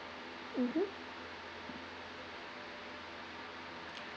mmhmm